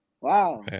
wow